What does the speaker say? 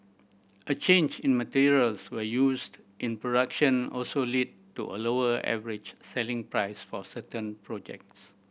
a change in materials were used in production also led to a lower average selling price for certain projects